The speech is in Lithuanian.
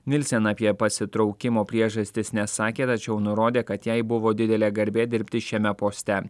nilsen apie pasitraukimo priežastis nesakė tačiau nurodė kad jai buvo didelė garbė dirbti šiame poste